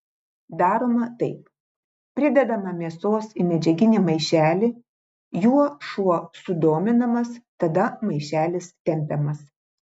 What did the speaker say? daroma taip pridedama mėsos į medžiaginį maišelį juo šuo sudominamas tada maišelis tempiamas